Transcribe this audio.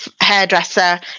hairdresser